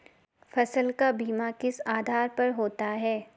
फसल का बीमा किस आधार पर होता है?